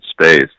space